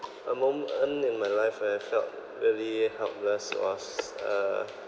a moment in my life where I felt really helpless was uh